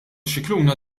scicluna